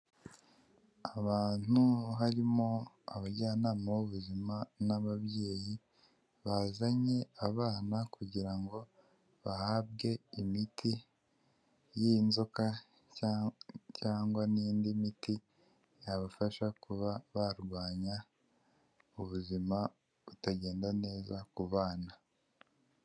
Abantu harimo abajyanama b'ubuzima n'ababyeyi bazanye abana kugira ngo bahabwe imiti y'inzoka, cyangwa n'indi miti, yabafasha kuba barwanya ubuzima butagenda neza ku bana.